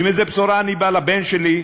עם איזו בשורה אני בא לבן שלי,